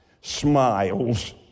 smiles